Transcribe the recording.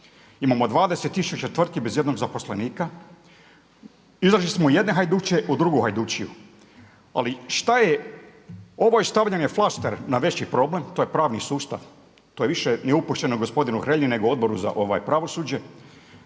Imamo 20000 tvrtki bez ijednog zaposlenika. Izašli iz jedne hajdučije u drugu hajdučiju. Ali šta je. Ovo je stavljanje flaster na veći problem, to je pravni sustav. To je više neupućeno gospodinu Hrelji nego Odboru za pravosuđe.